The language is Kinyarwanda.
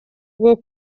bwo